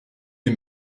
les